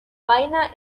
vaina